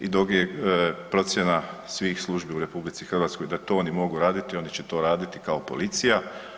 I dok je procjena svih službi u RH da to oni mogu raditi, oni će to raditi kao policija.